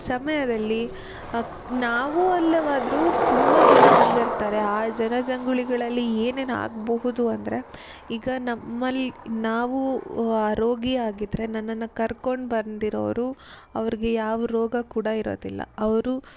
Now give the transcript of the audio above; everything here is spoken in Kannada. ಸಮಯದಲ್ಲಿ ಅ ನಾವು ಅಲ್ಲವಾದರೂ ತುಂಬ ಜನ ಬಂದಿರ್ತಾರೆ ಆ ಜನಜಂಗುಳಿಗಳಲ್ಲಿ ಏನೇನು ಆಗಬಹುದು ಅಂದರೆ ಈಗ ನಮ್ಮಲ್ಲಿ ನಾವು ರೋಗಿಯಾಗಿದ್ದರೆ ನನ್ನನ್ನ ಕರ್ಕೊಂಡು ಬಂದಿರವ್ರು ಅವರಿಗೆ ಯಾವ ರೋಗ ಕೂಡ ಇರೋದಿಲ್ಲ ಅವರು